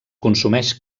consumeix